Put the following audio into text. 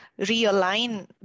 realign